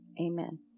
Amen